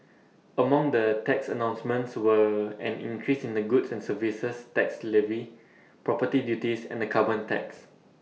among the tax announcements were an increase in the goods and services tax levy property duties and A carbon tax